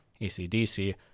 acdc